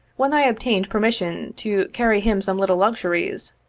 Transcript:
when i obtained permission to carry him some little luxuries,